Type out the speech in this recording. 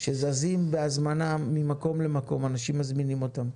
שזזים בהזמנה ממקום למקום, אנשים מזמינים אותם.